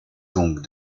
donc